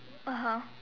(uh huh)